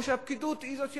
או שהפקידות היא זאת שמכתיבה?